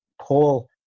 Paul